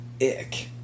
Ick